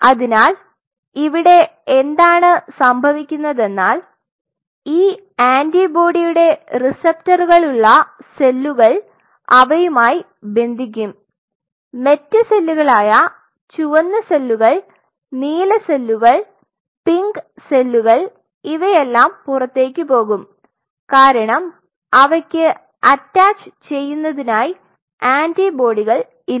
അതിനാൽ ഇവിടെ എന്താണ് സംഭവിക്കുന്നതെന്നാൽ ഈ ആന്റിബോഡിയുടെ റിസപ്റ്ററുകൾ ഉള്ള സെല്ലുകൾ അവയുമായി ബന്ധിപ്പിക്കും മറ്റ് സെല്ലുകളായ ചുവന്ന സെല്ലുകൾ നീല സെല്ലുകൾ പിങ്ക് സെല്ലുകൾ ഇവയെല്ലാം പുറത്തേക്ക് പോകും കാരണം അവയ്ക്ക് അറ്റാച്ചുചെയ്യുന്നത്തിനായി ആന്റിബോഡികൾ ഇല്ല